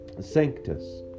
sanctus